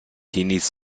teenies